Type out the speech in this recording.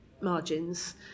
margins